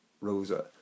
Rosa